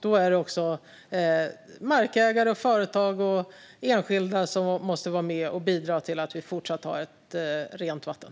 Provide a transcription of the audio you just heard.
Då måste också markägare, företag och enskilda vara med och bidra till att vi även fortsättningsvis har rent vatten.